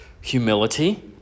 humility